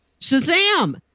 Shazam